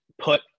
put